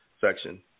section